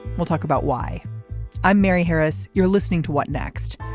we'll talk about why i'm mary harris. you're listening to what next.